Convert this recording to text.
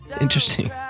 interesting